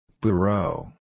Bureau